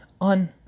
on